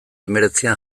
hemeretzian